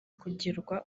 kugirwa